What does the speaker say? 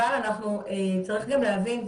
אבל צריך להבין,